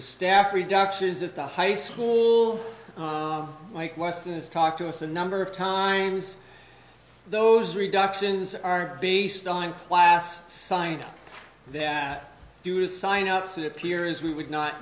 staff reductions at the high school my question is talk to us a number of times those reductions are based on class signed that do is sign up so that peer is we would not